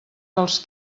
dels